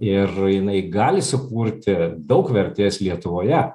ir jinai gali sukurti daug vertės lietuvoje